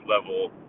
level